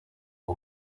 uwo